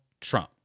Trump